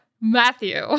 Matthew